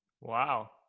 wow